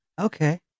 okay